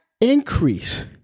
increase